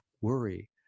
worry